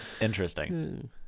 Interesting